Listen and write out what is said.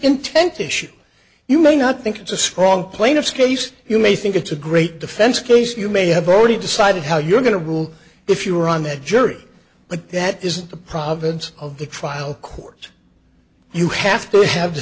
intent issue you may not think it's a strong plaintiff's case you may think it's a great defense case you may have already decided how you're going to rule if you're on the jury but that is the province of the trial court you have to have the